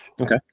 Okay